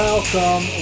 Welcome